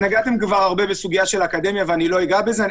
נגעתם הרבה בסוגיית האקדמיה ואני לא אגע בזה.